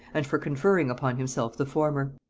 and for conferring upon himself the former.